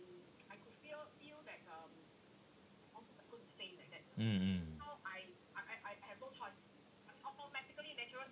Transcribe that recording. mm mm